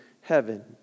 heaven